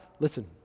Listen